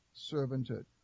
servanthood